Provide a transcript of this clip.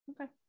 Okay